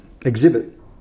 exhibit